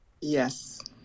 Yes